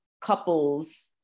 couples